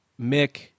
Mick